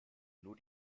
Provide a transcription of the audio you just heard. nur